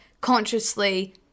consciously